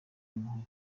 impuhwe